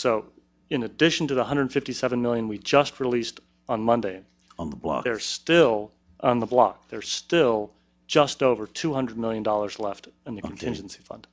so in addition to the hundred fifty seven million we just released on monday on the block they're still on the block they're still just over two hundred million dollars left in the contingency fund